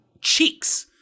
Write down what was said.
Cheeks